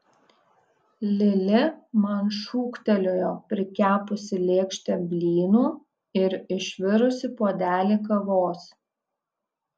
lili man šūktelėjo prikepusi lėkštę blynų ir išvirusi puodelį kavos